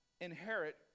inherit